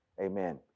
amen